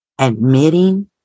admitting